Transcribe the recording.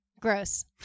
Gross